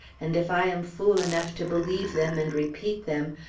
and if i am fool enough to believe them and repeat them,